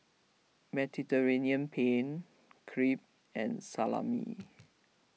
Mediterranean Penne Crepe and Salami